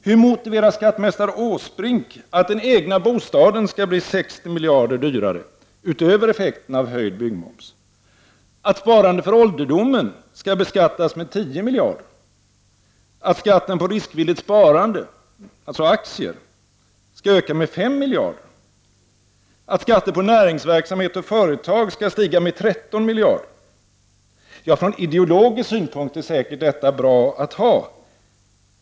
Hur motiverar skattmästare Åsbrink att den egna bostaden skall bli 60 miljarder dyrare utöver effekten av höjd byggmoms, att sparande för ålderdomen skall beskattas med 10 miljarder, att skatten på riskvilligt sparande, dvs. aktier, skall öka med 5 miljarder, att skatten på näringsverksamhet och företag skall stiga med 13 miljarder? Från ideologisk synpunkt är detta säkert bra att ha.